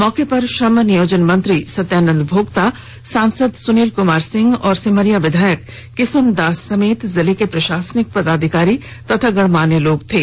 मौके पर श्रम नियोजन मंत्री सत्यानंद भोक्ता सांसद सुनील कुमार सिंह और सिमरिया विधायक किसुन दास समेत जिले के प्रशासनिक पदाधिकारी तथा गणमान्य लोग थे